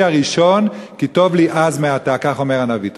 הראשון כי טוב לי אז מעתה"; כך אומר הנביא.